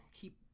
keep